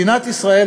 מדינת ישראל,